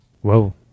Whoa